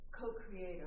co-creator